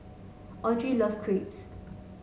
Audry love Crepes